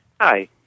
Hi